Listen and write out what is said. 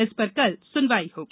इस पर कल सुनवाई होगी